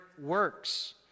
works